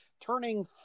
turning